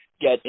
get